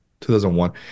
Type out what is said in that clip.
2001